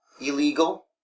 Illegal